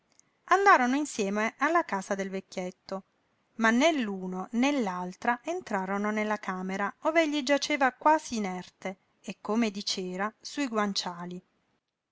andarono insieme alla casa del vecchietto ma né l'uno né l'altra entrarono nella camera ov'egli giaceva quasi inerte e come di cera su i guanciali